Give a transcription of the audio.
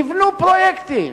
נבנו פרויקטים,